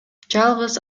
жалгыз